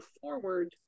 forward